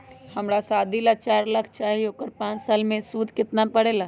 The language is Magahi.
हमरा शादी ला चार लाख चाहि उकर पाँच साल मे सूद कितना परेला?